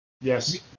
Yes